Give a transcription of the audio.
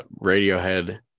Radiohead